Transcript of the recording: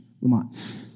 Lamont